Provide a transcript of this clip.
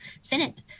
Senate